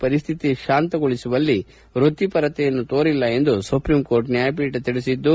ಪರಿಸ್ಥಿತಿ ಶಾಂತಗೊಳಿಸುವಲ್ಲಿ ವೃತ್ತಿಪರತೆಯನ್ನು ತೋರಿಲ್ಲ ಎಂದು ಸುಪ್ರೀಂ ಕೋರ್ಟ್ ನ್ಯಾಯಪೀಠ ತಿಳಿಸಿದ್ದು